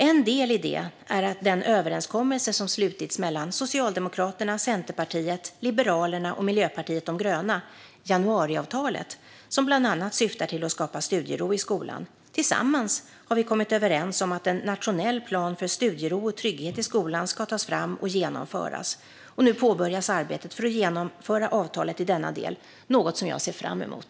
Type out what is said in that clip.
En del i det är den överenskommelse som slutits mellan Socialdemokraterna, Centerpartiet, Liberalerna och Miljöpartiet de gröna, januariavtalet, som bland annat syftar till att skapa studiero i skolan. Tillsammans har vi kommit överens om att en nationell plan för studiero och trygghet i skolan ska tas fram och genomföras. Nu påbörjas arbetet för att genomföra avtalet i denna del, något jag ser fram emot.